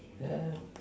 yeah yeah yeah